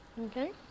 Okay